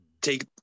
Take